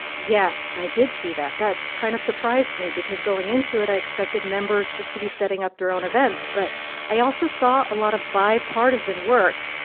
yes, and i did see that. that kind of surprised me because going into it, i expected members just to be setting up their own events. but i also saw a lot of bipartisan work.